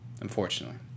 Unfortunately